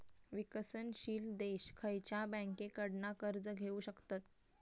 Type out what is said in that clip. विकसनशील देश खयच्या बँकेंकडना कर्ज घेउ शकतत?